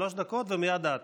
שלוש דקות ומייד את.